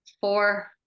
four